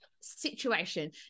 situation